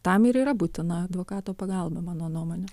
tam ir yra būtina advokato pagalba mano nuomone